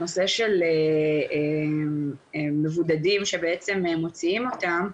הנושא של מבודדים שמוציאים אותם,